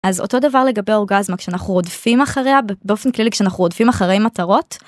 אז אותו דבר לגבי אורגזמה כשאנחנו רודפים אחריה באופן כללי כשאנחנו רודפים אחרי מטרות.